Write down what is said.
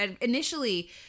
Initially